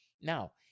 Now